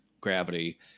gravity